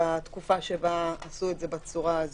בתקופה שבה עשו את זה בצורה הזו,